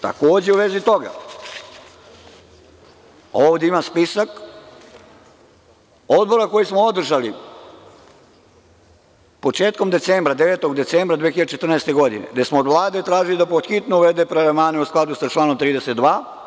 Takođe u vezi toga ovde imam spisak Odbora koji smo održali početkom decembra, 9. decembra 2014. godine gde smo od Vlade tražili da pod hitno uvede prelevmane u skladu sa članom 32.